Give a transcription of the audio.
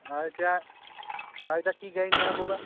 আৰু এতিয়া আৰু এতিয়া কি গাড়ী নিয়া হ'ব বা